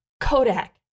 Kodak